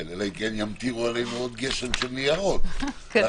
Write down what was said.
אלא אם כן ימטירו עלינו עוד גשם של ניירות ברגע